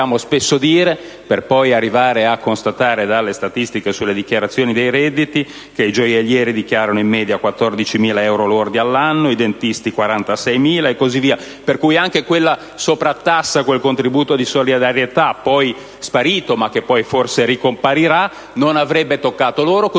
Pertanto, anche quella sovrattassa, quel contributo di solidarietà, sparito ma che poi forse ricomparirà, non avrebbe toccato loro, come